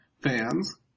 fans